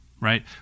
right